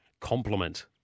complement